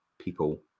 people